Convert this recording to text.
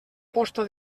posta